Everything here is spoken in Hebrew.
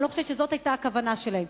אני לא חושבת שזאת היתה הכוונה שלהם.